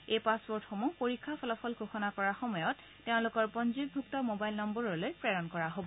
এই পাছৰৰ্ডসমূহ পৰীক্ষা ফলাফল ঘোষণা কৰাৰ সময়ত তেওঁলোকৰ পঞ্জীয়নভুক্ত মবাইল নম্বৰলৈ প্ৰেৰণ কৰা হ'ব